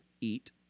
eat